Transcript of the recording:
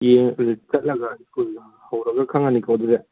ꯌꯦꯡ ꯆꯠꯂꯒ ꯁ꯭ꯀꯨꯜꯗꯣ ꯍꯧꯔꯒ ꯈꯪꯉꯅꯤꯀꯣ ꯑꯗꯨꯗꯤ